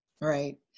right